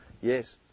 Yes